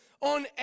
on